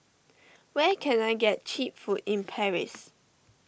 where can I get Cheap Food in Paris